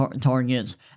targets